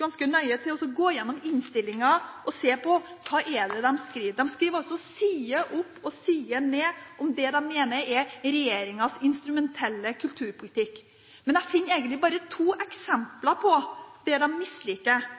ganske nøye til å gå gjennom innstillingen og se på hva de skriver. De skriver side opp og side ned om det de mener er regjeringens instrumentelle kulturpolitikk. Men jeg finner egentlig bare to eksempler på det de misliker.